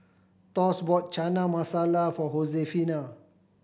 Thos bought Chana Masala for